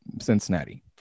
Cincinnati